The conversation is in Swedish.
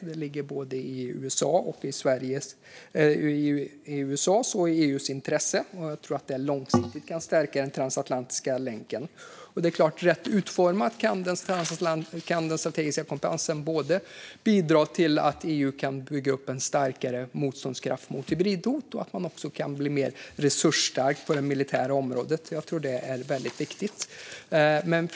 Detta ligger i både USA:s och EU:s intresse, och jag tror att det långsiktigt kan stärka den transatlantiska länken. Rätt utformad kan den strategiska kompassen bidra både till att EU kan bygga upp en starkare motståndskraft mot hybridhot och till att EU kan bli mer resursstarkt på det militära området. Jag tror att det är väldigt viktigt.